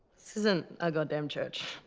this isn't a goddamn church.